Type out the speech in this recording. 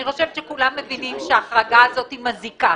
אני חושבת שכולם מבינים שהיא מזיקה.